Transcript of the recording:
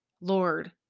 Lord